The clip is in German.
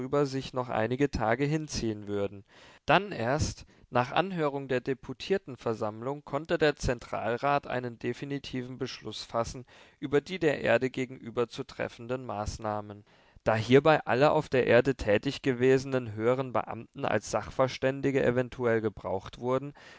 sich noch einige tage hinziehen würden dann erst nach anhörung der deputiertenversammlung konnte der zentralrat einen definitiven beschluß fassen über die der erde gegenüber zu treffenden maßnahmen da hierbei alle auf der erde tätig gewesenen höheren beamten als sachverständige eventuell gebraucht wurden